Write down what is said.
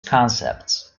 concepts